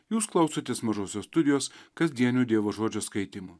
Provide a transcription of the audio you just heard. jūs klausotės mažosios studijos kasdienių dievo žodžio skaitymų